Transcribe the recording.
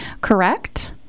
correct